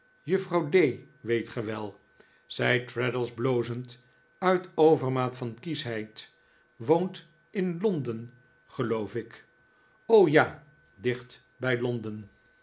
juffrouw d weet ge wel zei traddles blozend uit overmaat van kieschheid woont in londen geloof ik ja dicht bij londen